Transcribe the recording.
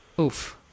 oof